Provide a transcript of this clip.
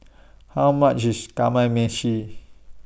How much IS Kamameshi